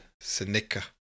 Seneca